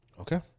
Okay